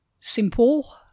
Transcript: simple